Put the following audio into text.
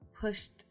pushed